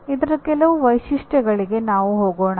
ಇದರ ಕೆಲವು ವೈಶಿಷ್ಟ್ಯಗಳಿಗೆ ನಾವು ಹೋಗೋಣ